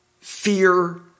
fear